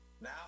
now